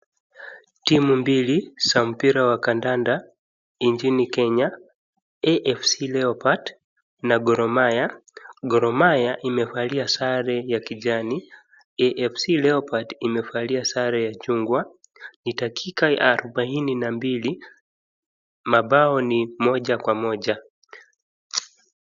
Timu mbili za mpira wa kandanda nchini Kenya, AFC leopard na Gor Mahia, Gor Mahia imevalia sare ya kijani, AFC Leopard imevalia sare ya chungwa, ni dakika arubaini na mbili, mabao ni moja kwa moja.